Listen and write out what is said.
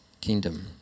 kingdom